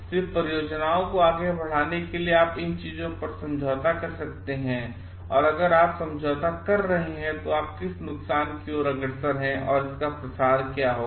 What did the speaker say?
सिर्फ परियोजनाओं को आगे बढ़ाने के लिए आप इन चीजों पर समझौता कर सकते हैं और अगर आप समझौता कर रहे हैं तो आप किस नुकसान की ओर अग्रसर हैं और इसका क्या प्रसार होगा